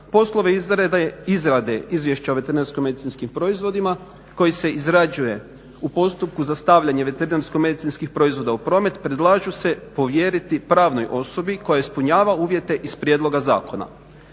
poslove izrade izvješća o veterinarsko-medicinskim proizvodima koji se izrađuje u postupku dostavljanje veterinarsko-medicinskih proizvoda u promet predlažu se povjeriti pravnoj osobi koja ispunjava uvjete iz prijedloga zakona.